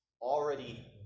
already